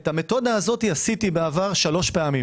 את המתודה הזו עשיתי בעבר שלוש פעמים